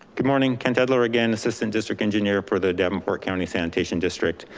good morning, kent edler again, assistant district engineer for the davenport county sanitation district.